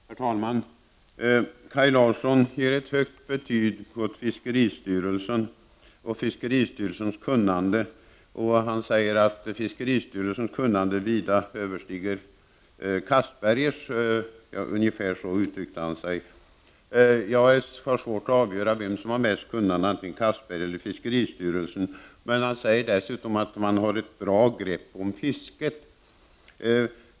Herr talman! Kaj Larsson ger ett högt betyg åt fiskeristyrelsen och dess kunnande, och han säger att det vida överstiger Anders Castbergers kunnande. Jag har svårt att avgöra vem som har mest kunnande. Kaj Larsson säger dessutom att fiskeristyrelsen har ett bra grepp om fisket.